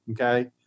okay